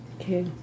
Okay